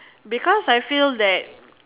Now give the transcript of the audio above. because I feel that